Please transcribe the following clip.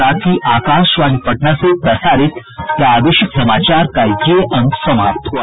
इसके साथ ही आकाशवाणी पटना से प्रसारित प्रादेशिक समाचार का ये अंक समाप्त हुआ